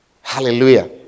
Hallelujah